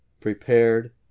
prepared